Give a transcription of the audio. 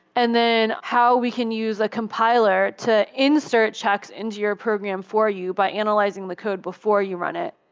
and then how we can use a compiler to in-search hacks into your program for you by analyzing the code before you run it.